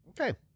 Okay